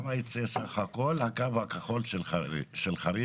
כמה ייצא סך-הכול הקו הכחול של חריש,